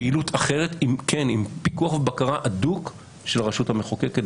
פעילות אחרת עם פיקוח ובקרה הדוק של הרשות המחוקקת,